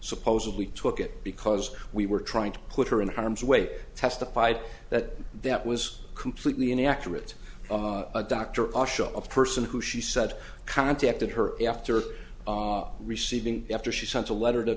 supposedly took it because we were trying to put her in harm's way testified that that was completely inaccurate a doctor or a person who she said contacted her after receiving after she sent a letter to